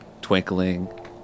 twinkling